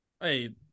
Hey